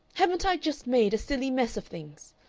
haven't i just made a silly mess of things?